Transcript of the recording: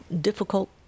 difficult